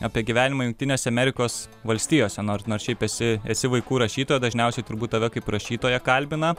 apie gyvenimą jungtinėse amerikos valstijose nors nors šiaip esi esi vaikų rašytoja dažniausiai turbūt tave kaip rašytoją kalbina